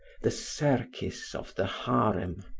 the serkis of the harem,